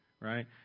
right